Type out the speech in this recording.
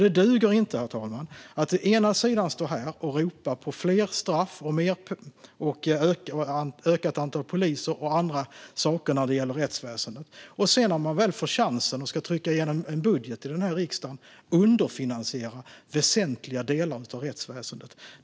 Det duger alltså inte att å ena sidan stå här och ropa på fler straff och ett ökat antal poliser och andra saker när det gäller rättsväsendet och å andra sidan, när man sedan väl får chansen och ska trycka igenom en budget i den här riksdagen, underfinansiera väsentliga delar av rättsväsendet.